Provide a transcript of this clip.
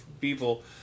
people